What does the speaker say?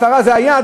וזו המטרה, זה היעד.